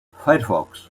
firefox